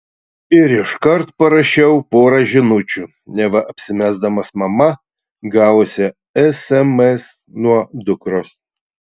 ir iškart parašiau porą žinučių neva apsimesdamas mama gavusia sms nuo dukros